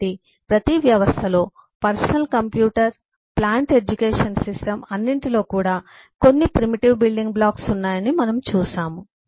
కాబట్టి ప్రతి వ్యవస్థలో personal computer plant education system అన్నింటిలో కూడా కొన్ని ప్రిమిటివ్ బిల్డింగ్ బ్లాక్స్ ఉన్నాయని మనము చూశాము